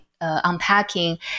unpacking